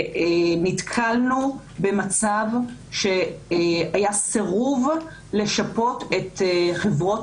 ונתקלנו במצב שהיה סירוב לשפות את חברות